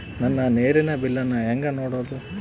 ನನ್ನ ನೇರಿನ ಬಿಲ್ಲನ್ನು ಹೆಂಗ ನೋಡದು?